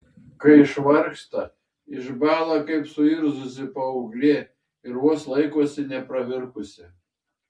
kai išvargsta išbąla kaip suirzusi paauglė ir vos laikosi nepravirkusi